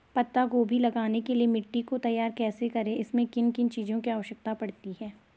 पत्ता गोभी लगाने के लिए मिट्टी को तैयार कैसे करें इसमें किन किन चीज़ों की जरूरत पड़ती है?